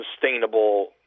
sustainable